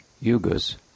yugas